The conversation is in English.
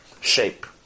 shape